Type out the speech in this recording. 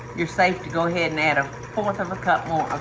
you're safe to go ahead and add a fourth of a cup more of